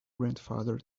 grandfather